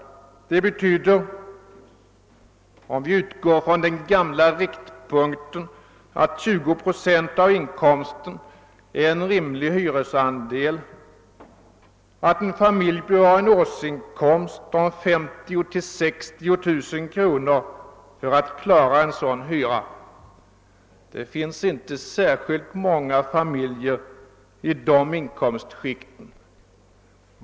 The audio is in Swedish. Det betyder, om vi utgår från den gamla riktpunkten att 20 procent av inkomsten är en rimlig hyresandel, att en familj bör ha en årsinkomst om 50 000 å 60 000 kronor för att klara en sådan hyra. Det finns inte särskilt många familjer i de inkomstskikten.